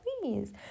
please